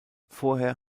vorher